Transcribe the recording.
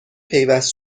پیوست